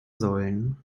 sollen